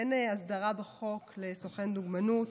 אין הסדרה בחוק לסוכן דוגמנות.